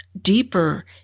deeper